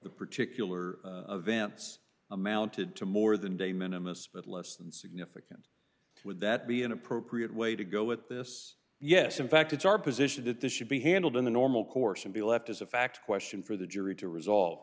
the particular events amounted to more than de minimus but less than significant would that be an appropriate way to go with this yes in fact it's our position that this should be handled in the normal course and be left as a fact question for the jury to resolve